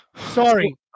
Sorry